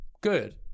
good